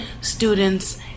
students